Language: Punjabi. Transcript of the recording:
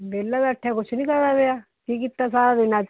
ਵਿਹਲਾ ਬੈਠਿਆ ਕੁਛ ਨਹੀਂ ਕਰਦਾ ਪਿਆ ਕੀ ਕੀਤਾ ਸਾਰਾ ਦਿਨ ਅੱਜ